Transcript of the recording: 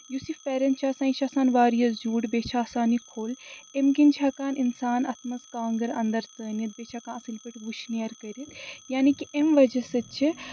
یُس یہِ پھٮ۪رَن چھِ آسان یہِ چھِ آسان واریاہ زیوٗٹھ بیٚیہِ چھِ آسان یہِ کھوٚل اَمہِ کِنۍ چھِ ہٮ۪کان اِنسان اَتھ منٛز کانٛگٕر اَندَر ژٲنِتھ بیٚیہِ چھُ ہٮ۪کان اَصٕلۍ پٲٹھۍ وُشنیر کٔرِتھ یعنی کہِ اَمہِ وجہ سۭتۍ چھِ